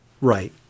right